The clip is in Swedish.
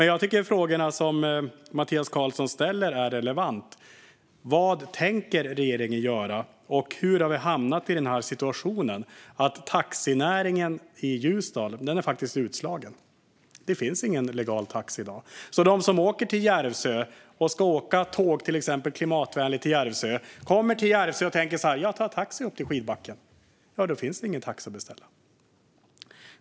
Jag tycker att Mattias Karlssons frågor är relevanta: Vad tänker regeringen göra, och hur har vi hamnat i situationen att taxinäringen i Ljusdal faktiskt har blivit utslagen? Det finns ingen legal taxi i Ljusdal i dag. De som åker till Järvsö - de kanske åker klimatvänligt tåg till Järvsö och har tänkt ta taxi upp till skidbacken - märker plötsligt att det inte finns någon taxi att beställa.